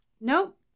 Nope